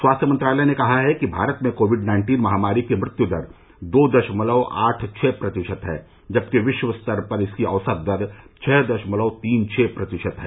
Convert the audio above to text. स्वास्थ्य मंत्रालय ने कहा है कि भारत में कोविड नाइन्टीन महामारी की मृत्यु दर दो दशमलव आठ छह प्रतिशत है जबकि विश्व स्तर पर इसकी औसत दर छह दशमलव तीन छह प्रतिशत है